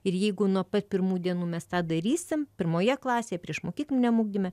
ir jeigu nuo pat pirmų dienų mes tą darysim pirmoje klasėje priešmokykliniam ugdyme